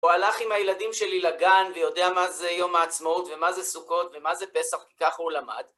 הוא הלך עם הילדים שלי לגן, ויודע מה זה יום העצמאות, ומה זה סוכות, ומה זה פסח, כי כך הוא למד.